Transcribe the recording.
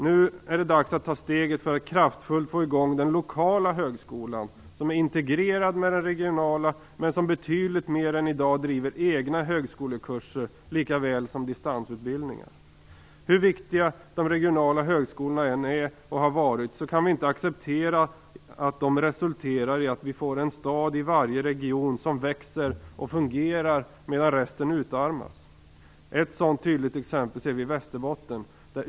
Nu är det dags att ta steget för att kraftfullt få i gång den lokala högskolan integrerad med den regionala, men som betydligt mer än i dag driver egna högskolekurser lika väl som distansutbildningar. Vi kan inte acceptera, hur viktiga de regionala högskolorna än är och har varit, att de resulterar i att vi i varje region får en stad som växer och fungerar, medan resten utarmas. Ett tydligt exempel på det ser vi i Västerbotten.